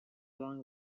along